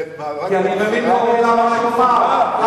זה, כי אני מאמין בכל מלה שהוא אמר.